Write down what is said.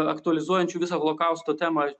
aktualizuojančių visą holokausto temą